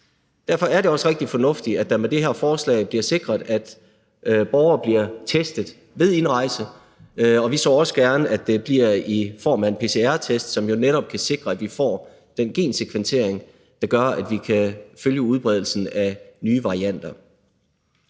Derfor er det også rigtig fornuftigt, at det med det her forslag bliver sikret, at borgere bliver testet ved indrejse, og vi så også gerne, at det bliver i form af en pcr-test, som jo netop kan sikre, at vi får den gensekventering, der gør, at vi kan følge udbredelsen af nye varianter.